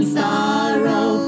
sorrow